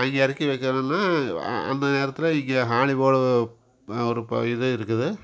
அங்கே இறக்கி வைக்கணுனா அ அந்த நேரத்தில் இங்கே ஆணி போல் ஒரு பா இது இருக்குது